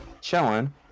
chilling